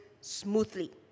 smoothly